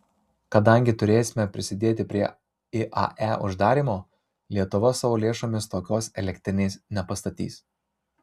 kadangi turėsime prisidėti prie iae uždarymo lietuva savo lėšomis tokios elektrinės nepastatys